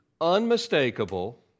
unmistakable